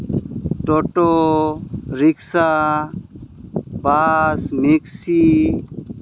toto rickshaw bus ᱢᱮᱠᱥᱤ